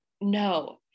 No